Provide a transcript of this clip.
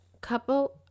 couple